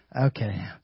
okay